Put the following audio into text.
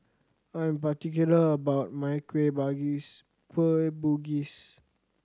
I am particular about my kueh Kueh Bugis